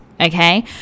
Okay